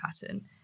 pattern